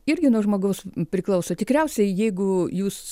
irgi nuo žmogaus priklauso tikriausiai jeigu jūs